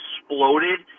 exploded